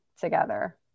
together